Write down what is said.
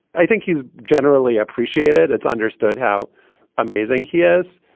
i think he's generally appreciated. it's understood how amazing he is,